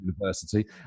university